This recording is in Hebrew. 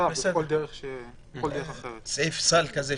סעיף סל.